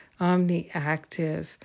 omniactive